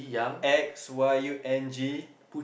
X Y U N G